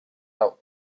hau